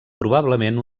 probablement